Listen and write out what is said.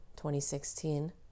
2016